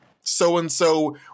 so-and-so